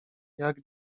jak